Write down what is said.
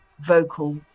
vocal